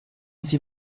sie